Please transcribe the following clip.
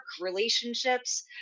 relationships